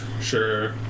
Sure